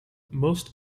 most